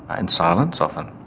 and silence often.